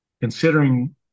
Considering